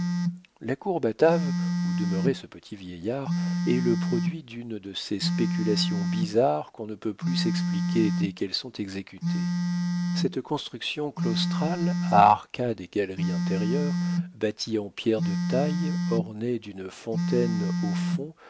la cour batave où demeurait ce petit vieillard est le produit d'une de ces spéculations bizarres qu'on ne peut plus s'expliquer lorsqu'elles sont exécutées cette construction claustrale à arcades et galeries intérieures bâtie en pierres de taille ornée d'une fontaine au fond